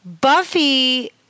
Buffy